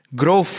grow